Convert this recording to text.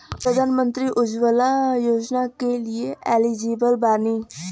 प्रधानमंत्री उज्जवला योजना के लिए एलिजिबल बानी?